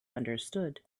understood